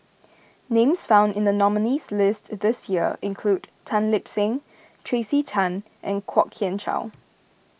names found in the nominees' list this year include Tan Lip Seng Tracey Tan and Kwok Kian Chow